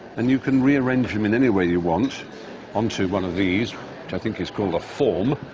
and you can rearrange them in any way you want onto one of these, which i think is called a form.